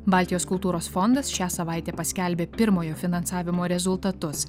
baltijos kultūros fondas šią savaitę paskelbė pirmojo finansavimo rezultatus